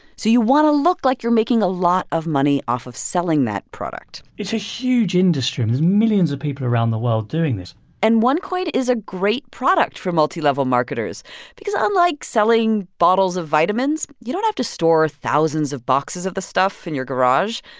so you want to look like you're making a lot of money off of selling that product it's a huge industry. um there's millions of people around the world doing this and onecoin is a great product for multilevel marketers because unlike selling bottles of vitamins, you don't have to store thousands of boxes of the stuff in your garage.